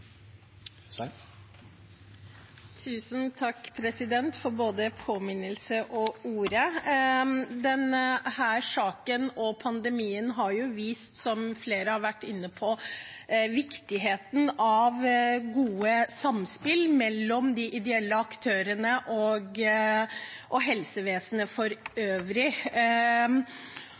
Tusen takk, president, for både påminnelsen og ordet! Denne saken og pandemien har vist, som flere har vært inne på, viktigheten av godt samspill mellom de ideelle aktørene og helsevesenet for øvrig.